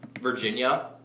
Virginia